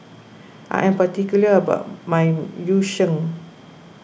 I am particular about my Yu Sheng